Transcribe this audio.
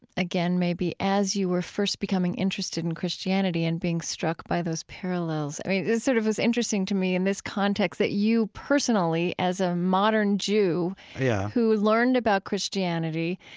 again maybe as you were first becoming interested in christianity, and being struck by those parallels. i mean, it sort of was interesting to me in this context that you personally, as a modern jew yeah who had learned about christianity,